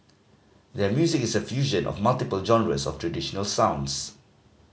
their music is a fusion of multiple genres of traditional sounds